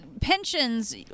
pensions